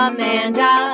Amanda